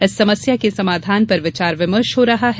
इस समस्या के समाधान पर विचार विमर्श हो रहा है